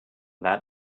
that